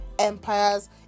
Empires